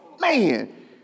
Man